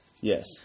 Yes